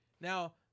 now